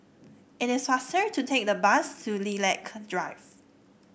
it is faster to take the bus to Lilac Drive